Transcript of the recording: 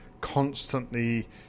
constantly